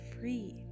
free